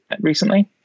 recently